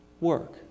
work